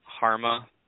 Harma